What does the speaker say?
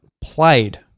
played